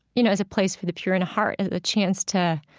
you know, as a place for the pure in heart and a chance to